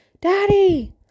Daddy